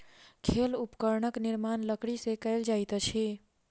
खेल उपकरणक निर्माण लकड़ी से कएल जाइत अछि